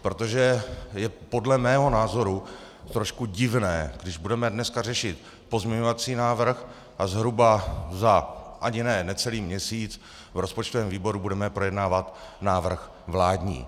Protože podle mého názoru je trošku divné, když budeme dneska řešit pozměňovací návrh a zhruba za ani ne celý měsíc v rozpočtovém výboru budeme projednávat návrh vládní.